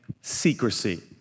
secrecy